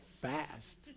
fast